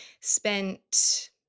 spent